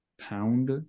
Pound